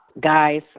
guys